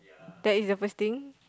that is the first thing